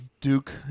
Duke